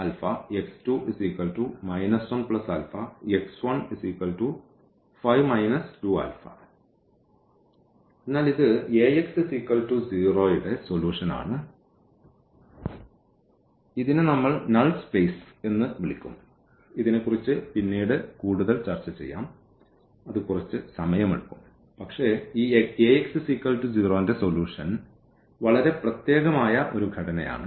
അതിനാൽ ഇത് ന്റെ സൊലൂഷൻ ആണ് ഇതിനെ നമ്മൾ നൾ സ്പേസ് എന്ന് വിളിക്കും ഇതിനെക്കുറിച്ച് പിന്നീട് കൂടുതൽ ചർച്ചചെയ്യാം അത് കുറച്ച് സമയമെടുക്കും പക്ഷേ ഈ ന്റെ സൊലൂഷൻ വളരെ പ്രത്യേകമായ ഒരു ഘടനയാണ്